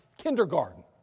kindergarten